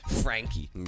Frankie